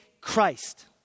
Christ